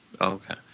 Okay